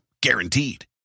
guaranteed